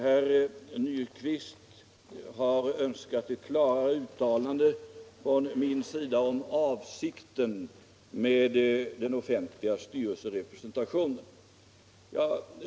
Herr Nyquist har önskat ett klarare uttalande av mig om avsikten med den offentliga styrelserepresentationen.